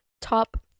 Top